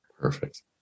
Perfect